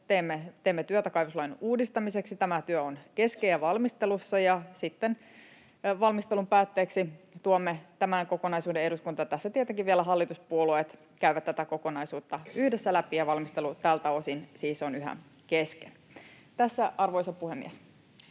teemme työtä kaivoslain uudistamiseksi. Tämä työ on kesken ja valmistelussa, ja sitten valmistelun päätteeksi tuomme tämän kokonaisuuden eduskuntaan. Tässä tietenkin vielä hallituspuolueet käyvät tätä kokonaisuutta yhdessä läpi ja valmistelu tältä osin siis on yhä kesken. — Tässä, arvoisa puhemies.